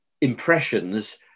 impressions